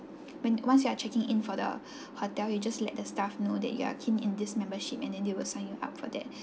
when once you are checking in for the hotel you just let the staff know that you are keen in this membership and then they will sign up for that